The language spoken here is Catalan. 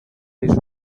tipus